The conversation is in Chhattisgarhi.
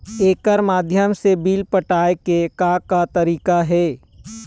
एकर माध्यम से बिल पटाए के का का तरीका हे?